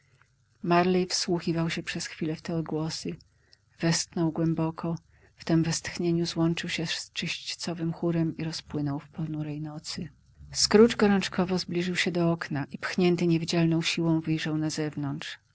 marley wsłuchiwał się przez chwilę w te odgłosy westchnął głęboko w tem westchnieniu złączył się z czyścowym chórem i rozpłynął w ponurej nocy scrooge gorączkowo zbliżył się do okna i pchnięty niewidzialną siłą wyjrzał na zewnątrz